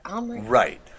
Right